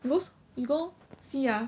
most you go see ah